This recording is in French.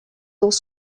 dans